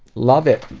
love it.